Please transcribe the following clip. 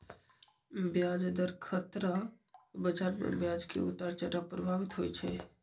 ब्याज दर खतरा बजार में ब्याज के उतार चढ़ाव प्रभावित होइ छइ